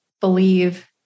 believe